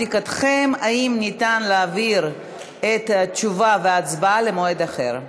לבדיקתכם אם ניתן להעביר את התשובה וההצבעה למועד אחר.